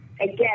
again